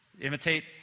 Imitate